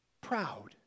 Proud